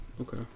okay